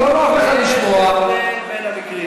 לא נוח לך לשמוע, יש הבדל בין המקרים.